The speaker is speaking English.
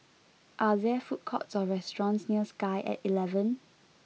are there food courts or restaurants near Sky at eleven